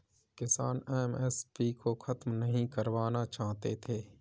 किसान एम.एस.पी को खत्म नहीं करवाना चाहते थे